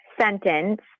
sentence